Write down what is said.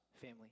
family